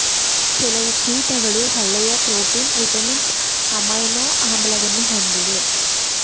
ಕೆಲವು ಕೀಟಗಳು ಒಳ್ಳೆಯ ಪ್ರೋಟೀನ್, ವಿಟಮಿನ್ಸ್, ಅಮೈನೊ ಆಮ್ಲವನ್ನು ಹೊಂದಿವೆ